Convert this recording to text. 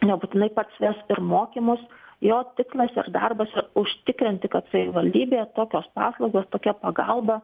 nebūtinai pats ves ir mokymus jo tikslas ir darbas užtikrinti kad savivaldybėje tokios paslaugos tokia pagalba